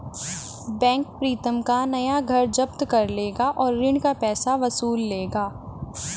bank Pritam का नया घर जब्त कर लेगा और ऋण का पैसा वसूल लेगा